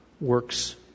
works